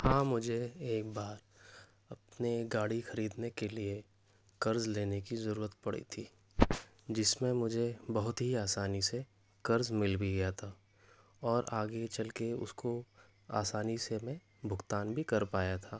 ہاں مجھے ایک بار اپنی گاڑی خریدنے کے لیے قرض لینے کی ضرورت پڑی تھی جس میں مجھے بہت ہی آسانی سے قرض مل بھی گیا تھا اور آگے چل کے اس کو آسانی سے میں بھگتان بھی کر پایا تھا